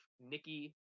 Nikki